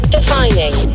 Defining